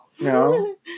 No